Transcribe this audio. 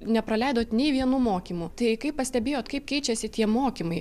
nepraleidot nei vienų mokymų tai kaip pastebėjot kaip keičiasi tie mokymai